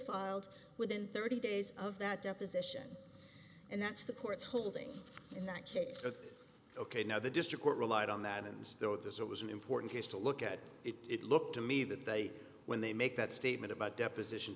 filed within thirty days of that deposition and that's the court's holding in that case as ok now the district court relied on that ins though this was an important case to look at it looked to me that they when they make that statement about deposition